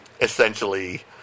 Essentially